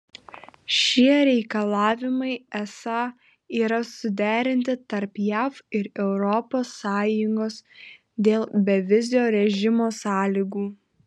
šie reikalavimai esą yra suderinti tarp jav ir europos sąjungos dėl bevizio režimo sąlygų